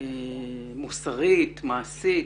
מוסרית ומעשית.